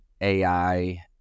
AI